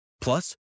Plus